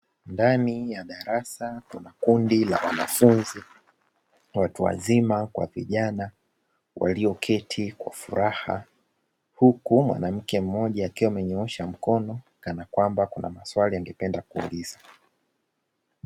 Ndani ya darasa kuna kundi la wanafunzi watu wazima kwa vijana walioketi kwa furaha, huku mwanamke mmoja akiwa amenyoosha mkono kana kwamba kuna maswali angependa kuuliza.